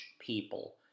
people